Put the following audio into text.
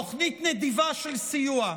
תוכנית נדיבה של סיוע.